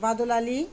বাদল আলি